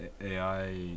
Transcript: AI